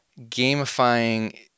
gamifying